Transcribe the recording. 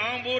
Ambur